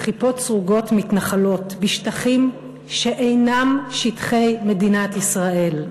וכיפות סרוגות מתנחלות בשטחים שאינם שטחי מדינת ישראל.